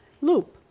loop